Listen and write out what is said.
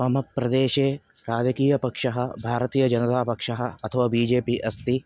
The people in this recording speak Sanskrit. मम प्रदेशे राजकीयपक्षः भारतीय जनता पक्षः अथवा बि जे पी अस्ति